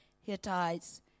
Hittites